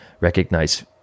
recognize